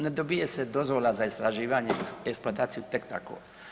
Ne dobije se dozvola za istraživanje i eksploataciju tek tako.